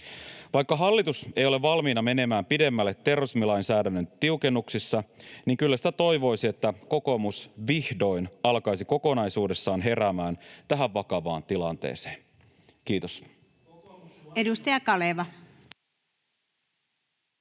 Vaikka hallitus ei ole valmiina menemään pidemmälle terrorismilainsäädännön tiukennuksissa, niin kyllä sitä toivoisi, että kokoomus vihdoin alkaisi kokonaisuudessaan heräämään tähän vakavaan tilanteeseen. — Kiitos.